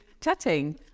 chatting